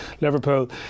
Liverpool